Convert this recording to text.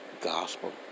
gospel